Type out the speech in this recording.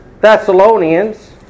Thessalonians